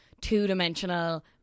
two-dimensional